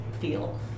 feel